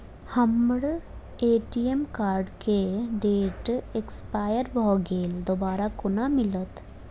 हम्मर ATM card केँ date expire भऽ गेल दोबारा कोना मिलत?